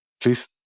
please